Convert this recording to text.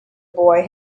boy